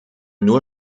nur